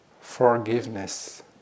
forgiveness